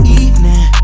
evening